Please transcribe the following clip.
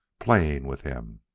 playing with him?